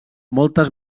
moltes